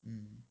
mm